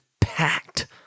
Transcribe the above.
packed